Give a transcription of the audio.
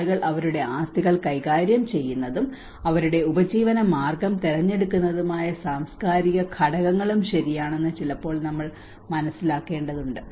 ആളുകൾ അവരുടെ ആസ്തികൾ കൈകാര്യം ചെയ്യുന്നതും അവരുടെ ഉപജീവനമാർഗ്ഗം തിരഞ്ഞെടുക്കുന്നതുമായ സാംസ്കാരിക ഘടകങ്ങളും ശരിയാണെന്ന് ചിലപ്പോൾ നമ്മൾ മനസ്സിലാക്കേണ്ടതുണ്ട്